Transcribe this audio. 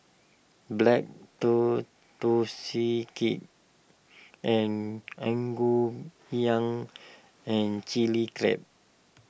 Black Tortoise Cake and Ngoh Hiang and Chili Crab